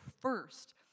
first